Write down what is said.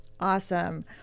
awesome